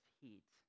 heat